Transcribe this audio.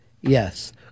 Yes